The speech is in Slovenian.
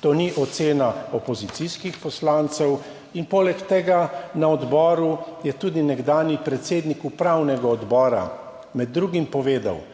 to ni ocena opozicijskih poslancev. In poleg tega na odboru je tudi nekdanji predsednik upravnega odbora med drugim povedal,